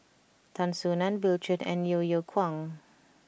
Tan Soo Nan Bill Chen and Yeo Yeow Kwang